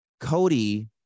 Cody